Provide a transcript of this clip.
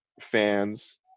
fans